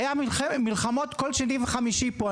היו מלחמות בכל שני וחמישי פה,